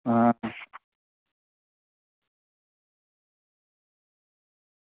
आं